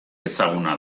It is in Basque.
ezaguna